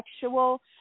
sexual